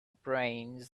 brains